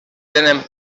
tenen